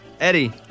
Eddie